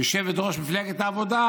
יושבת-ראש מפלגת העבודה,